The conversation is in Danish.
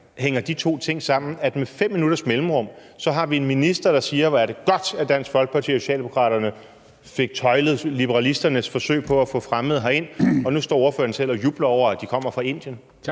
hænger de to ting sammen, at med 5 minutters mellemrum har vi en minister, der siger, hvor godt det er, at Dansk Folkeparti og Socialdemokraterne fik tøjlet liberalisternes forsøg på at få fremmede hertil, og at ordføreren nu selv står og jubler over, at de kommer fra Indien? Kl.